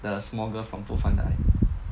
the small girl from 不凡的爱